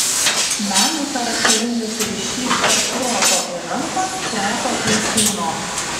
menui charakteringas ryšys tarp proto ir rankos proto ir kūno